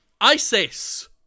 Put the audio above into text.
ISIS